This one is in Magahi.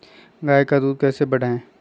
गाय का दूध कैसे बढ़ाये?